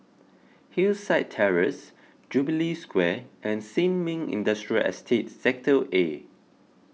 Hillside Terrace Jubilee Square and Sin Ming Industrial Estate Sector A